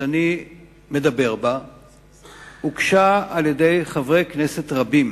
שאני מדבר בה הוגשה על-ידי חברי כנסת רבים